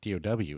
dow